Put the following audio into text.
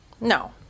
No